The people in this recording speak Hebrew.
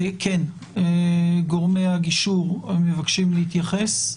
כן, גורמי הגישור מבקשים להתייחס?